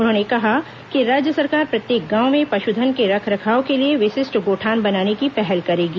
उन्होंने कहा कि राज्य सरकार प्रत्येक पशुधन के रखरखाव के लिए विशिष्ठ गोठान बनाने की पहल करेगी